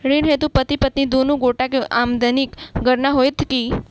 ऋण हेतु पति पत्नी दुनू गोटा केँ आमदनीक गणना होइत की?